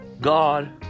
God